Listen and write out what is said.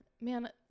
man